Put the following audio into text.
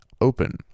open